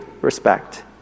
respect